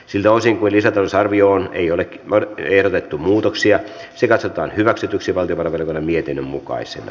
siltä osin kuin lisätalousarvioon ei ole ehdotettu muutoksia se katsotaan hyväksytyksi valtiovarainvaliokunnan mietinnön mukaisena